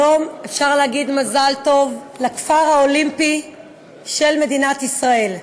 היום אפשר להגיד "מזל טוב" על הכפר האולימפי של מדינת ישראל.